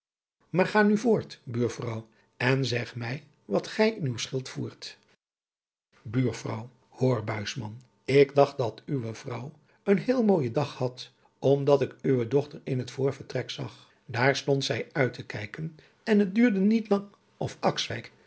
maar ga nu voort buurvrouw en zeg mij wat gij in uw schild voert buurvrouw hoor buisman ik dacht dat uwe vrouw een heel mooijen dag had omdat ik uwe dochter in het voorvertrek zag daar stond zij uit te kijken en het duurde niet lang of